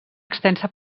extensa